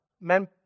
men